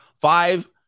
Five